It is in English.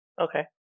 Okay